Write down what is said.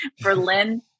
Berlin